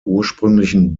ursprünglichen